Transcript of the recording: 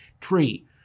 tree